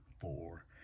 four